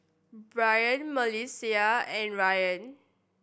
Bryon Melissia and Rayan